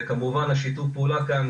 וכמובן השיתוף פעולה כאן